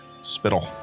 spittle